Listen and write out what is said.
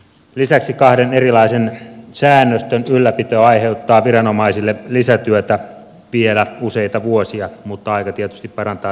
lisäksi kahden erilaisen säännöstön ylläpito aiheuttaa viranomaisille lisätyötä vielä useita vuosia mutta aika tietysti parantaa tämänkin ongelman